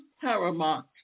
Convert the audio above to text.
paramount